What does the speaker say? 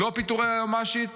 לא פיטורי היועמ"שית